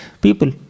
people